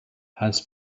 has